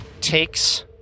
takes